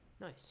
nice